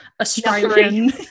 Australian